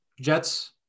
Jets